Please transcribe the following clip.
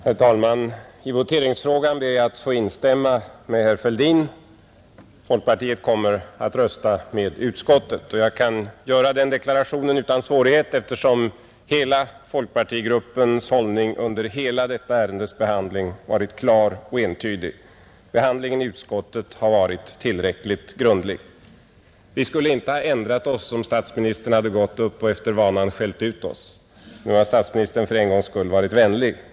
Herr tålman! I voteringsfrågan ber jag att få instämma med herr Fälldin. Folkpartiet kommer att rösta för utskottets förslag. Jag kan göra den deklarationen utan svårighet, eftersom folkpartigruppens hållning under hela detta ärendes behandling varit klar och entydig. Behandlingen i utskottet har varit tillräckligt grundlig. Vi skulle inte ha ändrat oss, om statsministern hade gått upp och efter vanan skällt ut oss. Nu har statsministern för en gångs skull varit vänlig.